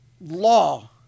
law